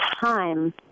time